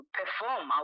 perform